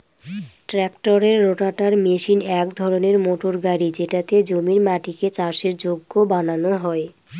ট্রাক্টরের rotator machine এক ধরনের মোটর গাড়ি যেটাতে জমির মাটিকে চাষের যোগ্য বানানো হয়